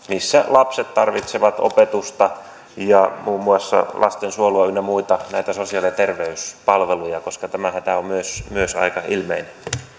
missä lapset tarvitsevat opetusta ja muun muassa lastensuojelua ynnä muita näitä sosiaali ja terveyspalveluja koska tämä hätä on myös aika ilmeinen